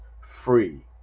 free